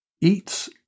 eats